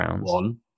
one